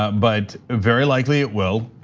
but very likely it will,